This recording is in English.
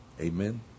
amen